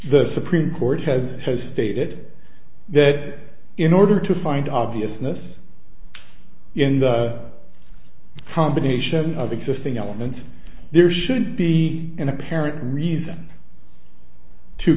the supreme court has so stated that in order to find obviousness in the combination of existing elements there should be an apparent reason to